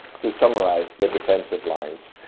to summarize the defensive lines,